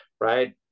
right